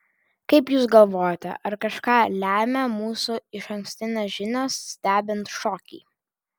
kaip jūs galvojate ar kažką lemia mūsų išankstinės žinios stebint šokį